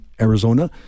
Arizona